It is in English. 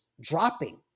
dropping